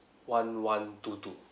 one one two two